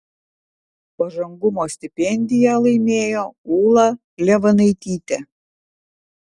pažangumo stipendiją laimėjo ūla levanaitytė